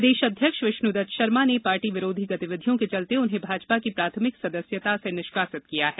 प्रदेश अध्यक्ष विष्णुदत्त शर्मा ने पार्टी विरोधी गतिविधियों के चलते उन्हें भाजपा की प्राथमिक सदस्यता से निष्कासित किया है